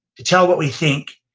to tell what we think.